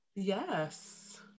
yes